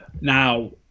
now